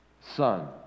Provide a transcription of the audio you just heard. son